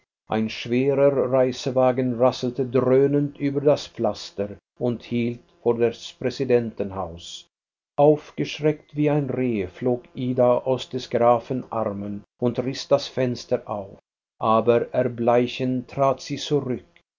ein schwerer reisewagen rasselte dröhnend über das pflaster und hielt vor des präsidenten haus aufgeschreckt wie ein reh flog ida aus des grafen armen und riß das fenster auf aber erbleichend trat sie zurück